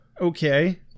Okay